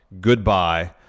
goodbye